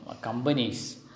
companies